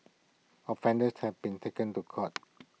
offenders have been taken to court